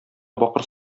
бакыр